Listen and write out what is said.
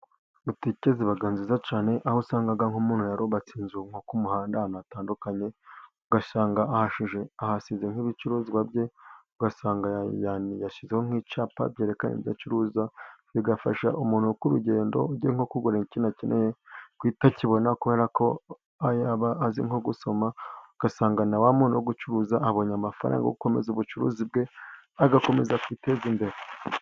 Butike ziba nziza cyane, aho usanga nk'umuntu yarubatse inzu nko k'umuhanda ahantu hatandukanye, ugasanga ahasize nk'ibicuruzwa bye, ugasanga yashyizeho nk'icyapa cyerekana ibyo acuruza, bigafasha umuntu uri k'urugendo ugiye nko kugura ikintu akeneye guhita akibona, kubera ko aba azi nko gusoma, ugasanga na wa muntu uri gucuruza, abonye amafaranga yo gukomeza ubucuruzi bwe, agakomeza kwiteza imbere.